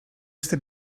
este